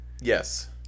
Yes